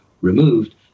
removed